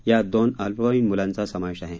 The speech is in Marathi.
यात दोन अल्पवयीन मुलांचा समावेश आहे